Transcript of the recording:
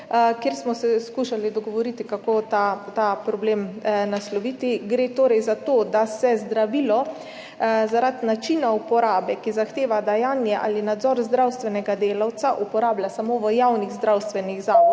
kjer smo se skušali dogovoriti, kako ta problem nasloviti. Gre torej za to, da se zdravilo zaradi načina uporabe, ki zahteva dajanje ali nadzor zdravstvenega delavca, uporablja samo v javnih zdravstvenih zavodih